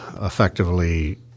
effectively